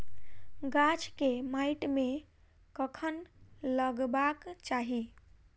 गाछ केँ माइट मे कखन लगबाक चाहि?